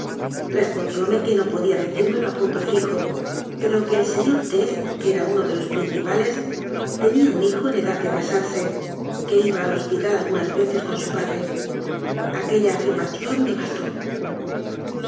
respondióme que no podía decírmelo a punto fijo pero que el señor t que era uno de los principales tenía un hijo en edad de casarse que iba al hospital al gunas veces con su padre aquella afirmación me bastócorté